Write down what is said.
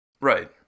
right